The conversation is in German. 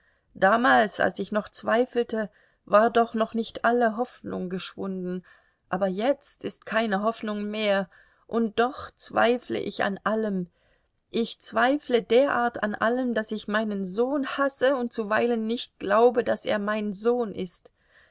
damals als ich noch zweifelte war doch noch nicht alle hoffnung geschwunden aber jetzt ist keine hoffnung mehr und doch zweifle ich an allem ich zweifle derart an allem daß ich meinen sohn hasse und zuweilen nicht glaube daß er mein sohn ist